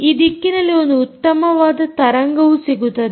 ಈ ದಿಕ್ಕಿನಲ್ಲಿ ಒಂದು ಉತ್ತಮವಾದ ತರಂಗವು ಸಿಗುತ್ತದೆ